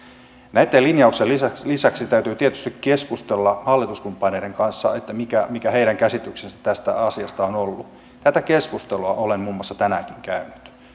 näitten linjauksien lisäksi lisäksi täytyy tietysti keskustella hallituskumppaneiden kanssa mikä mikä heidän käsityksensä tästä asiasta on ollut tätä keskustelua olen muun muassa tänäänkin käynyt